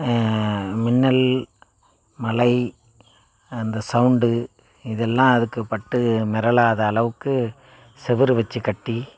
மின்னல் மழை அந்த சவுண்டு இதெல்லாம் அதுக்கு பட்டு மிரளாத அளவுக்கு சுவுரு வச்சு கட்டி